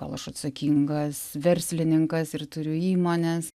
gal aš atsakingas verslininkas ir turiu įmones